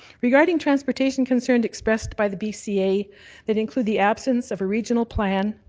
regarding transportation concerns expressed by the bca that include the absence of a regional plan,